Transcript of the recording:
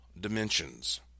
dimensions